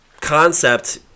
concept